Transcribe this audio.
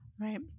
Right